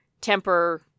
Temper